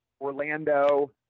Orlando